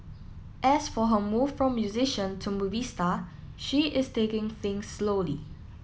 as for her move from musician to movie star she is taking things slowly